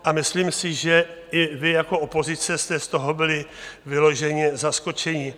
A myslím si, že i vy jako opozice jste z toho byli vyloženě zaskočeni.